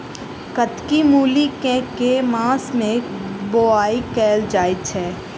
कत्की मूली केँ के मास मे बोवाई कैल जाएँ छैय?